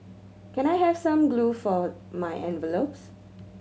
can I have some glue for my envelopes